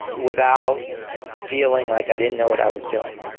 without feeling like i didn't know what i was doing.